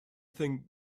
think